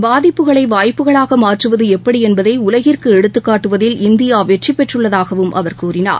பாதிப்புகளை வாய்ப்புகளாக மாற்றுவது எப்படி என்பதை உலகிற்கு எடுத்துக்காட்டுவதில் இந்தியா வெற்றி பெற்றுள்ளதாகவும் அவர் கூறினார்